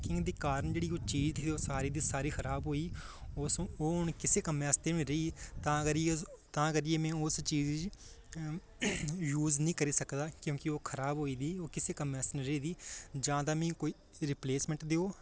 की के जिसदे कारण जेह्ड़ी चीज़ ही ओह् सारी दी सारी खराब होई गेई ओह् हून किसै कम्म आस्तै निं रेही तां करियै में उस चीज़ गी यूज़ निं करी सकदा क्योंकि ओह् खराब होई दी ओह् किसै कम्मै आस्तै निं रेही दी जां ते मिगी कोई रिप्लेसमेंट देओ